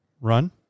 Run